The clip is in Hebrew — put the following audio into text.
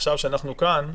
עכשיו כשאנחנו כאן,